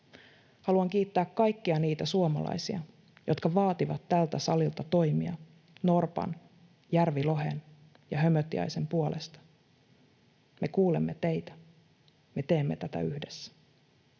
Haluan kiittää kaikkia niitä suomalaisia, jotka vaativat tältä salilta toimia norpan, järvilohen ja hömötiaisen puolesta. Me kuulemme teitä. Me teemme tätä yhdessä.